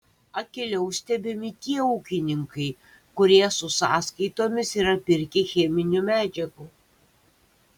akyliau stebimi tie ūkininkai kurie su sąskaitomis yra pirkę cheminių medžiagų